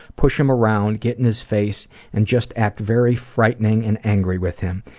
push him around, get in his face and just act very frightening and angry with him.